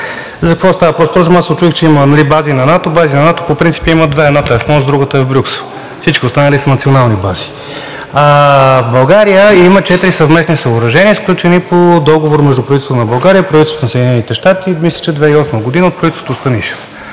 За какво става въпрос? Впрочем аз се учудих, че има бази на НАТО. Бази на НАТО по принцип има две. Едната е в Монс, другата е в Брюксел. Всички останали са национални бази. В България има четири съвместни съоръжения, сключени по договор между правителството на България и правителството на Съединените щати, мисля, че 2008 г. от правителството на Станишев.